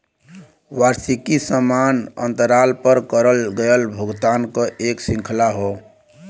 वार्षिकी समान अंतराल पर करल गयल भुगतान क एक श्रृंखला हौ